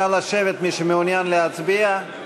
נא לשבת מי שמעוניין להצביע.